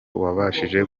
wabashije